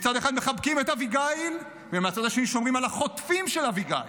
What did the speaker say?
מצד אחד מחבקים את אביגיל ומהצד השני שומרים על החוטפים של אביגיל.